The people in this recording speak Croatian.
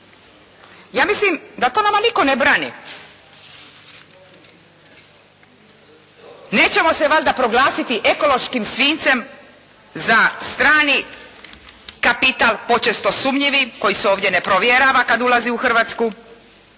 Ja mislim da to nama nitko ne brani. Nećemo se valjda proglasiti ekološkim svinjcem za strani kapital počesto sumnjivi koji se ovdje ne provjerava kad ulazi u Hrvatsku